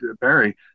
Barry